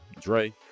dre